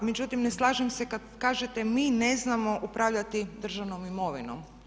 Međutim, ne slažem se kad kažete mi ne znamo upravljati državnom imovinom.